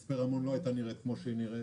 אחרת מצפה רמון לא הייתה נראית כפי שהיא נראית